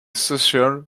social